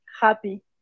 happy